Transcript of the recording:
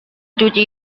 cuci